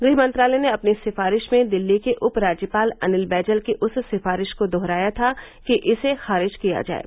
गृह मंत्रालय ने अपनी सिफारिश में दिल्ली के उपराज्यपाल अनिल बैजल की उस सिफारिश को दोहराया था कि इसे खारिज किया जाये